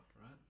right